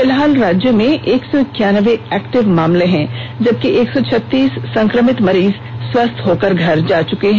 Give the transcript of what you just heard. फिलहाल राज्य में एक सौ इक्यानबे एक्टिव मामले हैं जबकि एक सौ छत्तीस संकमित मरीज स्वस्थ हो घर जा चुके हैं